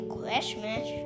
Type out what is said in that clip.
Christmas